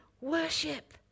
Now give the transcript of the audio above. worship